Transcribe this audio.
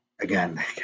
again